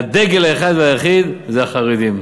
הדגל האחד והיחיד זה החרדים.